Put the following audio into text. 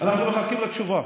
אנחנו מחכים לתשובה.